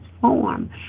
form